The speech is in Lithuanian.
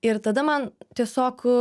ir tada man tiesiog